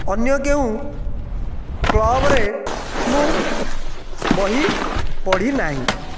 ଅନ୍ୟ କେଉଁ କ୍ଲବ୍ରେ ମୁଁ ବହି ପଢ଼ି ନାହିଁ